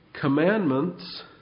commandments